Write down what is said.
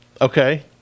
okay